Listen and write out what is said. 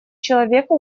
человека